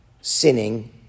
sinning